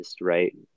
right